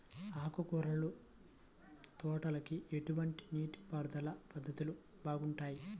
ఆకుకూరల తోటలకి ఎటువంటి నీటిపారుదల పద్ధతులు బాగుంటాయ్?